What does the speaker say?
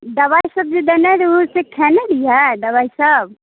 दवाइसब जे देने रहै से खेने रहिए दवाइसब